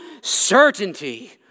certainty